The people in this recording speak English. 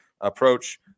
approach